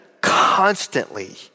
constantly